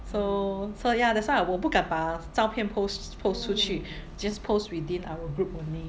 so so ya that's why 我不敢把照片 post post 出去 just post within our group only